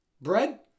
bread